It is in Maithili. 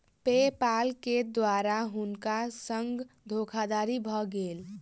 पे पाल के द्वारा हुनका संग धोखादड़ी भ गेल